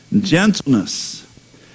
gentleness